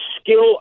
skill